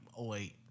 08